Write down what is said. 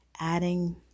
adding